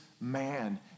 man